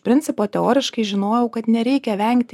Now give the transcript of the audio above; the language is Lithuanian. principo teoriškai žinojau kad nereikia vengti